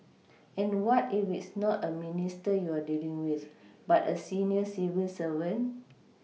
and what if it's not a Minister you're dealing with but a senior civil servant